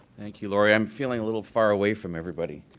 thank you, lori. i'm feeling a little far away from everybody.